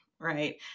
right